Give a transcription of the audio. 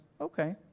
okay